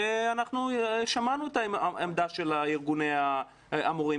ואנחנו שמענו את העמדה של ארגוני המורים,